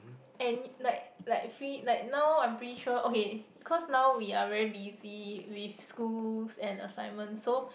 any like like free like now I'm pretty sure okay cause now we are very busy with schools and assignments so